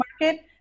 market